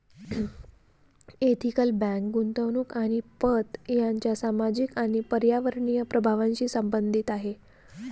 ethical bank गुंतवणूक आणि पत यांच्या सामाजिक आणि पर्यावरणीय प्रभावांशी संबंधित आहे